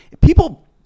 People